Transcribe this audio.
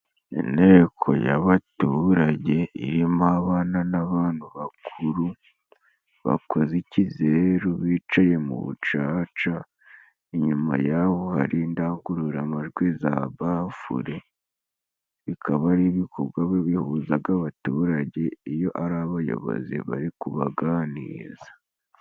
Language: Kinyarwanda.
Inteko y'abaturage irimo abana n'abantu bakuru bakoze ikizeru, bicaye mu bucaca inyuma y'aho hari indangururamajwi za bafure, bikaba ari ibikorwa bihuzaga abaturage, iyo ari abayobozi bari kubaganiriza.